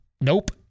Nope